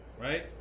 Right